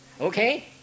Okay